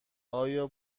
آیا